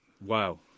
Wow